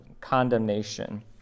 condemnation